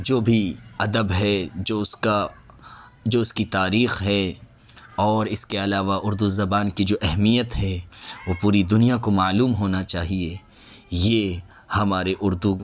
جو بھی ادب ہے جو اس کا جو اس کی تاریخ ہے اور اس کے علاوہ اردو زبان کی جو اہمیت ہے وہ پوری دنیا کو معلوم ہونا چاہیے یہ ہمارے اردو